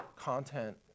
content